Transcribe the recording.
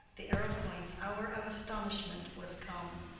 the arrowpoints' hour of astonishment was come.